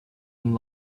and